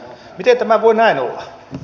miten tämä voi näin olla